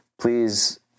please